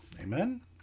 amen